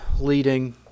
leading